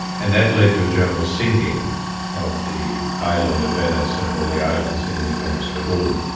and that led to a general sinking of the island of venice and all the islands in the venice lagoon.